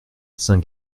saint